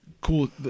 cool